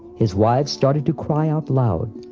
his wives started to cry out loud.